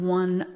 one